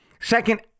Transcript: Second